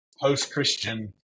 post-Christian